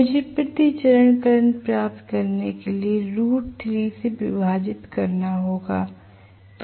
मुझे प्रति चरण करंट प्राप्त करने के लिए रूट 3 से विभाजित करना होगा